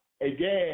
again